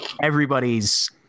Everybody's